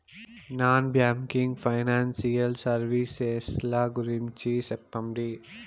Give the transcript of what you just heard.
Non banking financial services ల గురించి సెప్పండి?